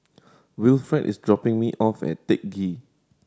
Wilfred is dropping me off at Teck Ghee